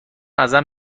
ازم